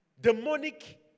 Demonic